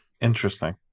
Interesting